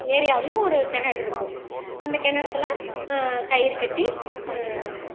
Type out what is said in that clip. ஏரியாவுலேயும் ஒரு கிணறு இருக்கும் அந்த கிணத்துல கயிறு கட்டி